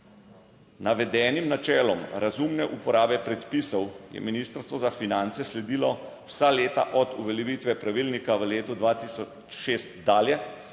Navedenim načelom razumne uporabe predpisov je Ministrstvo za finance sledilo vsa leta od uveljavitve pravilnika v letu 2006 dalje,